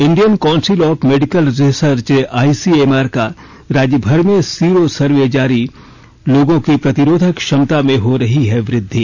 Indian council of medical research ICMR का राज्य भर में सिरो सर्वे जारी लोगों की प्रतिरोधक क्षमता में हो रही है वृद्धि